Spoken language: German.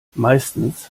meistens